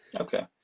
Okay